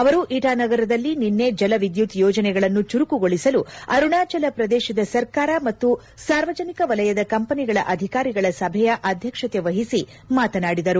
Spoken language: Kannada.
ಅವರು ಇಟಾ ನಗರದಲ್ಲಿ ನಿನ್ನೆ ಜಲವಿದ್ಯುತ್ ಯೋಜನೆಗಳನ್ನು ಚುರುಕುಗೊಳಿಸಲು ಅರುಣಾಚಲ ಪ್ರದೇಶದ ಸರ್ಕಾರ ಮತ್ತು ಸಾರ್ವಜನಿಕ ವಲಯದ ಕಂಪನಿಗಳ ಅಧಿಕಾರಿಗಳ ಸಭೆಯ ಅಧ್ಯಕ್ಷತೆ ವಹಿಸಿ ಮಾತನಾಡಿದರು